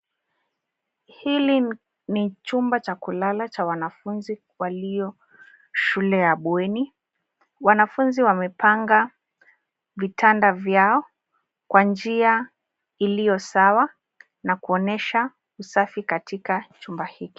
Hili ni chumba cha kulala cha wanafunzi walio shule ya bweni. Wanafunzi wamepanga vitanda vyao kwa njia ilio sawa, na kuonyesha usafi katika chumba hiki.